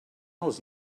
els